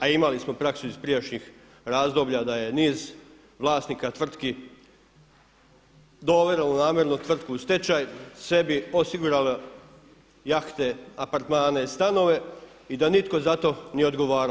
A imali smo praksu iz prijašnjih razdoblja da je niz vlasnika tvrtki dovelo namjerno tvrtku u stečaj, sebi osigurali jahte, apartmane i stanove i da nitko nije odgovarao.